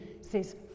says